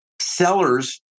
sellers